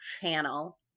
channel